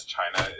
China